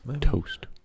Toast